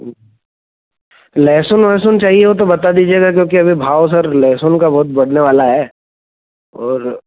लहसुन वहसुन चाहिए हो तो बता दीजिएगा क्योंकि अभी भाव सर लहसुन का बहुत बढ़ने वाला है और